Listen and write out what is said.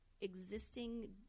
existing